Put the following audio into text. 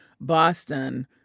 Boston